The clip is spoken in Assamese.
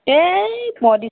এই মই দি